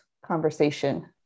conversation